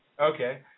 Okay